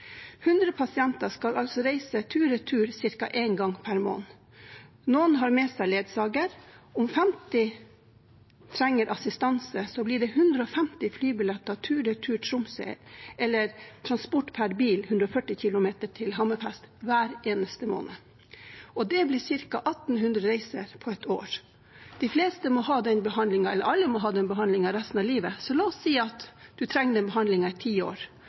100 pasienter skal altså reise tur–retur ca. en gang per måned. Noen har med seg ledsager. Om 50 trenger assistanse, blir det 150 flybilletter tur–retur Tromsø, eller transport per bil 140 km til Hammerfest hver eneste måned. Det blir ca. 1 800 reiser på et år. Alle må ha den behandlingen resten av livet, så la oss si at man trenger den behandlingen i ti år.